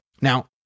Now